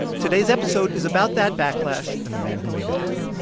today's episode is about that backlash and the man who made it happen